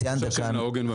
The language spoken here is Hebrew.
תחושה שאין לה עוגן במציאות.